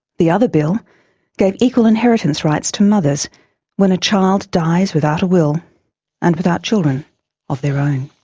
the other bill gave equal inheritance rights to mothers when a child dies without a will and without children of their own.